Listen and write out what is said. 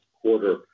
quarter